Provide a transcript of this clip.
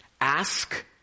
Ask